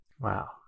Wow